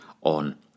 on